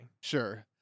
Sure